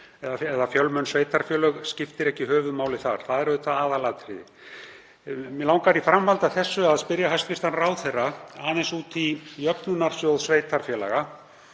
fjölmenn sveitarfélög, skiptir ekki höfuðmáli. Það er auðvitað aðalatriðið. Mig langar í framhaldi af þessu að spyrja hæstv. ráðherra aðeins út í Jöfnunarsjóð sveitarfélaga